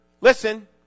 listen